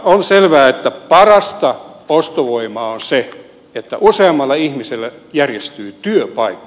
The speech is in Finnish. on selvää että parasta ostovoimaa on se että useammalle ihmiselle järjestyy työpaikka